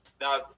Now